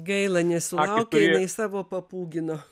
gaila nesulaukė jinai savo papūgino